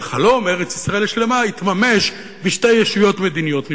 אבל חלום ארץ-ישראל השלמה יתממש בשתי ישויות מדיניות נפרדות.